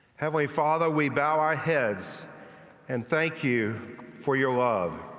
heavenly father, we bareheads and thank you for your love.